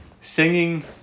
Singing